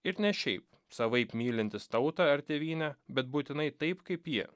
ir ne šiaip savaip mylintis tautą ar tėvynę bet būtinai taip kaip jie